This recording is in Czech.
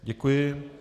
Děkuji.